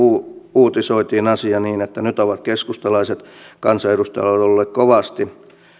uutisoitiin asia niin niin että nyt ovat keskustalaiset kansanedustajat olleet kovasti